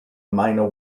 minor